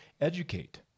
educate